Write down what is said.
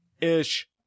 Ish